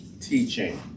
teaching